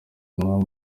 impamvu